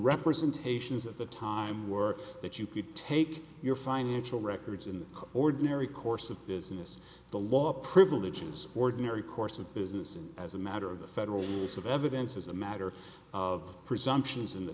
representations at the time were that you could take your financial records in the ordinary course of business the law privileges ordinary course of business and as a matter of the federal rules of evidence as a matter of presumptions in the